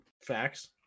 facts